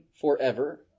forever